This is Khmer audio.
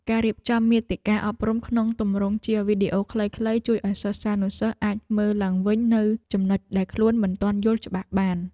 ការរៀបចំមាតិកាអប់រំក្នុងទម្រង់ជាវីដេអូខ្លីៗជួយឱ្យសិស្សានុសិស្សអាចមើលឡើងវិញនូវចំណុចដែលខ្លួនមិនទាន់យល់ច្បាស់បាន។